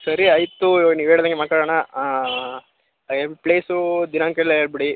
ಸರಿ ಆಯಿತು ಇವಾಗ ನೀವು ಹೇಳ್ದಂಗೆ ಮಾಡ್ಕೊಳಣ ಐ ಎಮ್ ಪ್ಲೇಸು ದಿನಾಂಕ ಎಲ್ಲ ಹೇಳ್ಬಿಡಿ